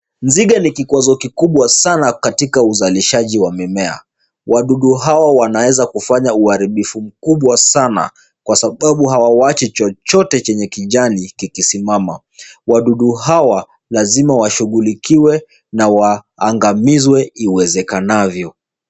Nzige ni kikwazo kubwa sana katika uzalishaji wa mimea. Wadudu hawa wanaeza fanya uharibifu mkubwa sana kwa sababu hawawachi chochote cha kijani kikisimama. Wadudu hawa lazima washughulikiwe na waangamizwe iwezekanavyo.